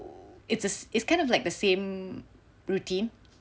it's it's kind of like the same routine